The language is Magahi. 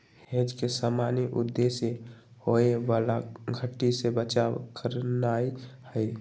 हेज के सामान्य उद्देश्य होयबला घट्टी से बचाव करनाइ हइ